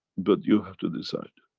but you have to decide.